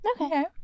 Okay